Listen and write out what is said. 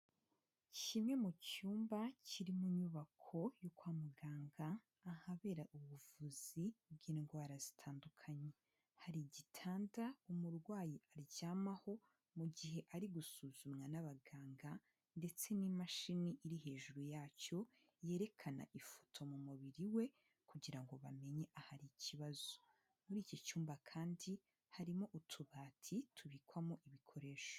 Kimwe mu cyumba kiri mu nyubako yo kwa muganga, ahabera ubuvuzi bw'indwara zitandukanye. Hari igitanda umurwayi aryamaho mu gihe ari gusuzumwa n'abaganga ndetse n'imashini iri hejuru yacyo, yerekana ifoto mu mubiri we, kugira ngo bamenye ahari ikibazo. Muri iki cyumba kandi harimo utubati tubikwamo ibikoresho.